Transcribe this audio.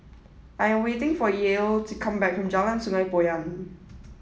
I am waiting for Yael to come back from Jalan Sungei Poyan